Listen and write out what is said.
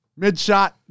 Midshot